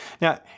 now